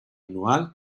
anual